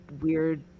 weird